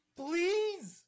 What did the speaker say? please